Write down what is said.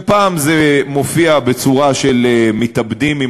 ופעם זה מופיע בצורה של מתאבדים עם